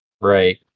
Right